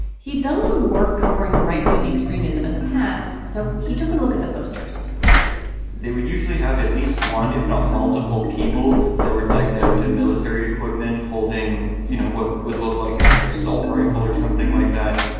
he'd done a little work covering right wing extremism in the past so he took a look at the posters they would usually have at least one, if not multiple people that were decked out in military equipment holding, you know, what would look like an assault rifle or something like that